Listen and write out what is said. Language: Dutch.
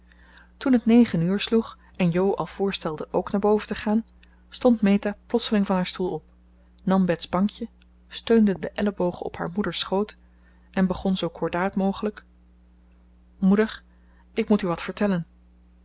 toen het negen uur sloeg en jo al voorstelde ook naar boven te gaan stond meta plotseling van haar stoel op nam bets bankje steunde de ellebogen op haar moeders schoot en begon zoo kordaat mogelijk moeder ik moet u wat vertellen